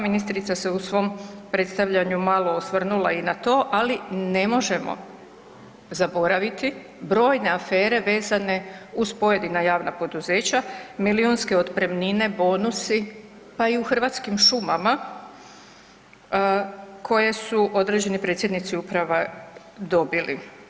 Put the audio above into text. Ministrica se u svom predstavljanju malo osvrnula i na to, ali ne možemo zaboraviti brojne afere vezane uz pojedina javna poduzeća, milijunske otpremnine, bonusi pa i u Hrvatskim šumama koje su određeni predsjednici uprava dobili.